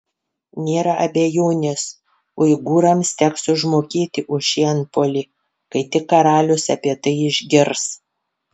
nėra abejonės uigūrams teks užmokėti už šį antpuolį kai tik karalius apie tai išgirs